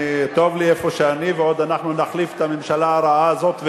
אני טוב לי איפה שאני ועוד אנחנו נחליף את הממשלה הרעה הזאת ומהר,